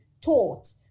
taught